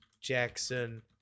Jackson